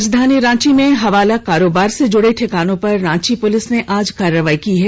राजधानी रांची में हवाला कारोबार से जुड़े ठिकानों पर रांची पुलिस ने आज कार्रवाई की है